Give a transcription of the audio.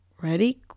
Ready